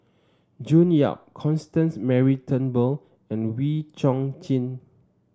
June Yap Constance Mary Turnbull and Wee Chong Jin